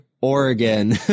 Oregon